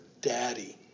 Daddy